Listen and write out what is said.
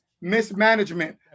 mismanagement